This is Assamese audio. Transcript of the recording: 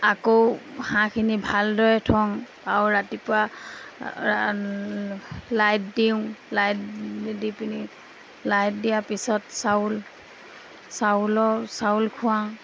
আকৌ হাঁহখিনি ভালদৰে থওঁ আৰু ৰাতিপুৱা লাইট দিওঁ লাইট দি পিনি লাইট দিয়াৰ পিছত চাউল চাউলৰ চাউল খোৱাওঁ